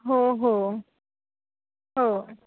हो हो हो